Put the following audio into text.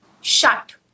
shut